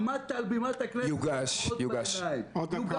-- עמדת על בימת הכנסת --- עוד דקה.